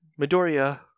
Midoriya